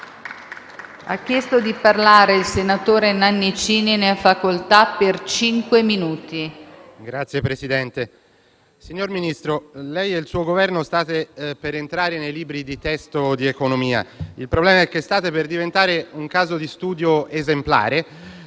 Signor Ministro, lei e il suo Governo state per entrare nei libri di testo di economia. Il problema è che state per diventare un caso di studio esemplare